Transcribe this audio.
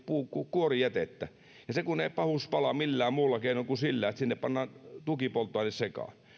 kuorijätettä ja se kun ei pahus pala millään muulla keinoin kuin sillä että sinne pannaan tukipolttoaine sekaan